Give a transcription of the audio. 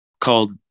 called